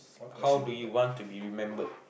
how do you want to be remembered